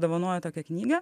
dovanoja tokią knygą